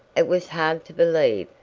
it was hard to believe,